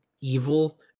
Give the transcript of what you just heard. evil